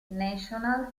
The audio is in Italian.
national